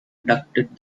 conducted